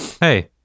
hey